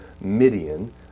Midian